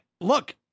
look